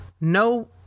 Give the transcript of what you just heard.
No